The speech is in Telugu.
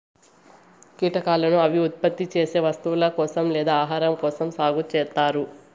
కీటకాలను అవి ఉత్పత్తి చేసే వస్తువుల కోసం లేదా ఆహారం కోసం సాగు చేత్తారు